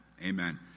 Amen